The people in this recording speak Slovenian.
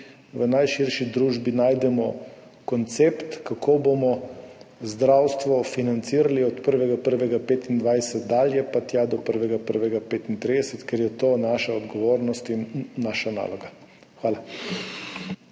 v najširši družbi najdemo koncept, kako bomo zdravstvo financirali od 1. 1. 2025 dalje pa tja do 1. 1. 2035, ker je to naša odgovornost in naša naloga. Hvala.